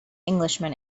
englishman